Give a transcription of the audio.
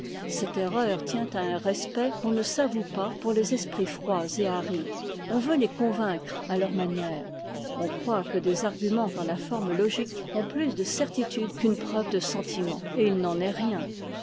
cette erreur tient à un respect qu'on ne s'avoue pas pour les esprits froids et arides on veut les convaincre à leur manière on croit que des arguments dans la forme togique ont plus de certitude qu'une preuve de sentiment et il n'en est rien